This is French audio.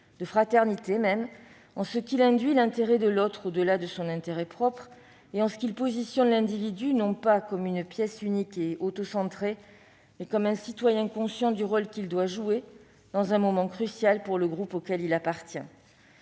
de fraternité même, en ce qu'il induit l'intérêt de l'autre au-delà de l'intérêt propre à chacun et en ce qu'il positionne l'individu non pas comme une pièce unique et autocentrée, mais comme un citoyen conscient du rôle qu'il doit jouer dans un moment crucial pour le groupe auquel il appartient.